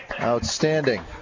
Outstanding